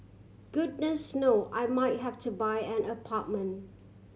goodness know I might have to buy an apartment